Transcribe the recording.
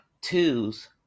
twos